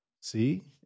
See